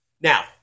Now